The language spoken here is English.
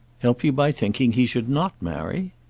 help you by thinking he should not marry?